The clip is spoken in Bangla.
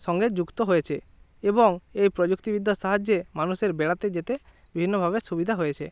সঙ্গে যুক্ত হয়েছে এবং এই প্রযুক্তিবিদ্যার সাহায্যে মানুষের বেড়াতে যেতে বিভিন্নভাবে সুবিধা হয়েছে